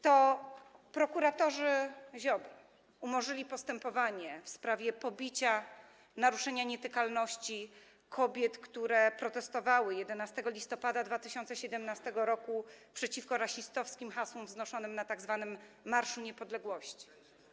To prokuratorzy Ziobry umorzyli postępowanie w sprawie pobicia, naruszenia nietykalności kobiet, które protestowały 11 listopada 2017 r. przeciwko rasistowskim hasłom wznoszonym na tzw. Marszu Niepodległości.